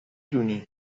دونی